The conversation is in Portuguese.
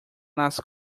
nas